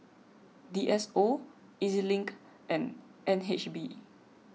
D S O E Z Link and N H B